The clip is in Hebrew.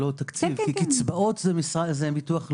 קצבאות זה ביטוח לאומי.